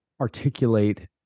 articulate